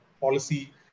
policy